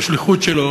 שהשליחות שלו